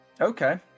okay